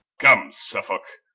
come suffolke,